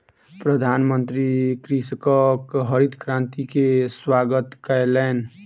प्रधानमंत्री कृषकक हरित क्रांति के स्वागत कयलैन